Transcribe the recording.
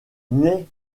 naît